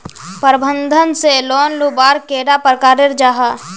प्रबंधन से लोन लुबार कैडा प्रकारेर जाहा?